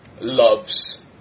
loves